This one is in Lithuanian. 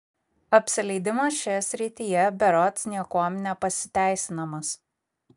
apsileidimas šioje srityje berods niekuom nepasiteisinamas